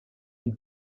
une